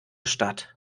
stadt